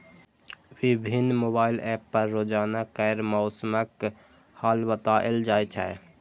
विभिन्न mobile app पर रोजाना केर मौसमक हाल बताएल जाए छै